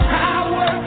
power